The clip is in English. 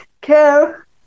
care